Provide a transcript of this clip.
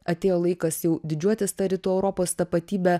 atėjo laikas jau didžiuotis ta rytų europos tapatybe